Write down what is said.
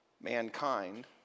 mankind